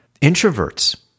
introverts